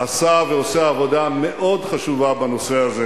שעשה ועושה עבודה מאוד חשובה בנושא הזה.